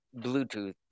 Bluetooth